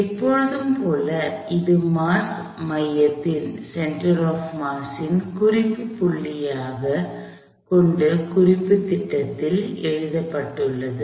எப்பொழுதும் போல இது மாஸ் மையத்தை குறிப்பு புள்ளியாக ரெபெரென்ஸ் கொண்டு குறிப்பு திட்டத்தில் எழுதப்பட்டுள்ளது